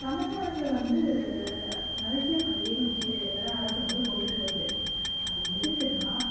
தமிழ்நாட்டில் வந்து நிறைய பல்வேறு முக்கியத் திட்டங்களை அரசு வந்து கொண்டுட்டு வருது அது எதுக்குன்னா